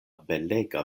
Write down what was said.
belega